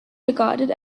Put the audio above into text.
regarded